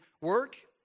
work